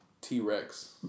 T-Rex